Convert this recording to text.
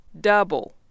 Double